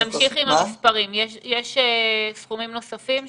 נמשיך עם המספרים, יש סכומים נוספים שהושקעו?